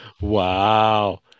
Wow